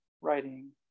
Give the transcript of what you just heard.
writing